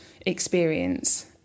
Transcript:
experience